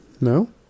No